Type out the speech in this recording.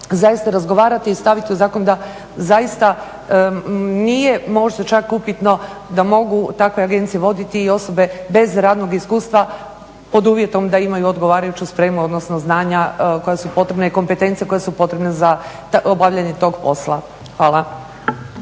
zaista razgovarati i staviti u zakon da zaista nije možda čak upitno da mogu takve agencije voditi i osobe bez radnog iskustva pod uvjetom da imaju odgovarajuću spremu, odnosno znanja koja su potrebna i kompetencije koje su potrebne za obavljanje tog posla. Hvala.